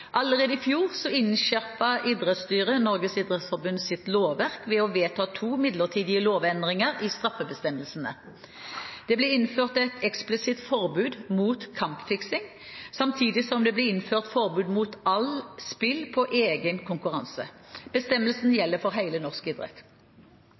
Allerede i fjor innskjerpet idrettsstyret Norges idrettsforbunds lovverk ved å vedta to midlertidige lovendringer i straffebestemmelsene. Det ble innført et eksplisitt forbud mot kampfiksing, samtidig som det ble innført forbud mot alt spill på egen konkurranse.